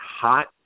hot